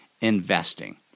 investing